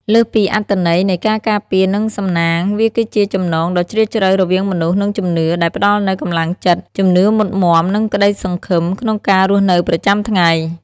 លើសពីអត្ថន័យនៃការការពារ និងសំណាង វាគឺជា ចំណងដ៏ជ្រាលជ្រៅរវាងមនុស្ស និងជំនឿ ដែលផ្តល់នូវ កម្លាំងចិត្ត ជំនឿមុតមាំ និងក្តីសង្ឃឹម ក្នុងការរស់នៅប្រចាំថ្ងៃ។